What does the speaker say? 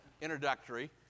introductory